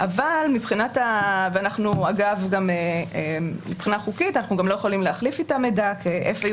ומבחינה חוקית אנחנו גם לא יכולים להחליף איתם מידע כ-FAU